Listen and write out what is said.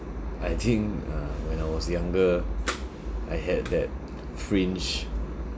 I think uh when I was younger I had that fringe